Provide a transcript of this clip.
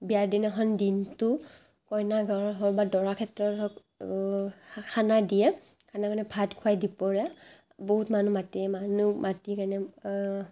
বিয়াৰ দিনাখন দিনটো কইনাঘৰৰ হওঁক বা দৰা ক্ষেত্ৰৰ হওঁক খানা দিয়ে খানা মানে ভাত খুৱাই দুপৰীয়া বহুত মানুহ মাতি মানুহ মাতি কেনে